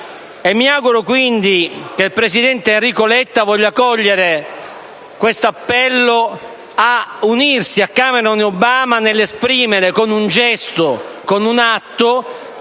Mi auguro quindi che il presidente del Consiglio Enrico Letta voglia cogliere questo appello ad unirsi a Cameron e a Obama nell'esprimere con un gesto, con un atto,